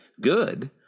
good